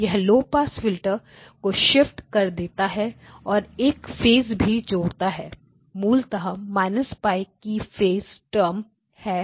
यह low pass filter को shift कर देता है और एक फेस भी जोड़ता है मूलत माइनस पाई की फेसminus is phase term of π term है